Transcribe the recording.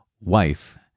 wife